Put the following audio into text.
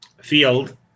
field